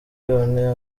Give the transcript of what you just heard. one